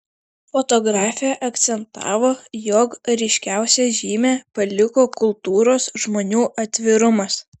fotografė akcentavo jog ryškiausią žymę paliko kultūros žmonių atvirumas